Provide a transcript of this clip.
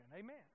Amen